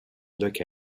look